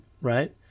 right